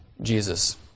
Jesus